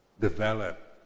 develop